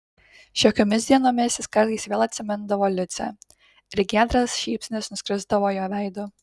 šiokiomis dienomis jis kartais vėl atsimindavo liucę ir giedras šypsnys nuskrisdavo jo veidu